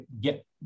get